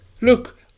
Look